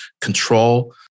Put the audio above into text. control